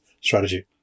strategy